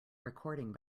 recording